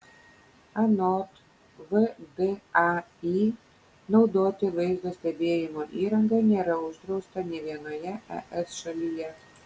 anot vdai naudoti vaizdo stebėjimo įrangą nėra uždrausta nė vienoje es šalyje